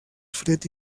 fred